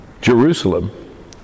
Jerusalem